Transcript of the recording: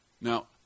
Now